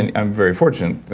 and i'm very fortunate.